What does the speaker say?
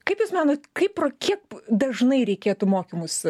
kaip jūs manot kaip pro kiek dažnai reikėtų mokymus